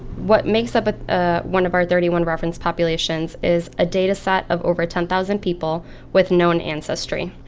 what makes up ah ah one of our thirty one reference populations is a data set of over ten thousand people with known ancestry.